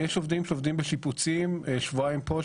יש עובדים שעובדים בשיפוצים שבועיים פה,